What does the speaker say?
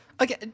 Okay